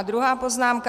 A druhá poznámka.